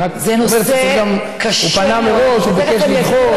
אני רק אומר שהוא פנה מראש וביקש לדחות.